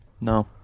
No